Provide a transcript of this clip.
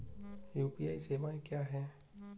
UPI सवायें क्या हैं?